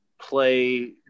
play